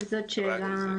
תודה.